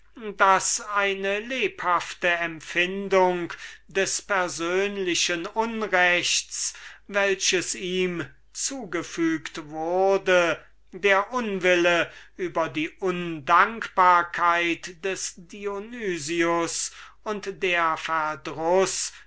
daß die lebhafte empfindung des persönlichen unrechts welches ihm zugefüget wurde der unwille über die undankbarkeit des dionys und der